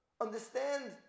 Understand